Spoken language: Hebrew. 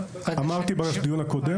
אמרתי בדיון הקודם